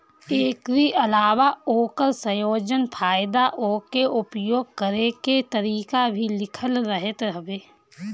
एकरी अलावा ओकर संयोजन, फायदा उके उपयोग करे के तरीका भी लिखल रहत हवे